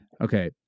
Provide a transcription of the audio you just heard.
Okay